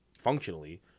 functionally